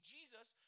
Jesus